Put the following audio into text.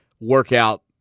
workout